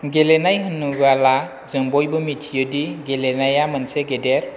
गेलेनाय होनोबोला जों बयबो मिथियोदि गेलेनाया मोनसे गेदेर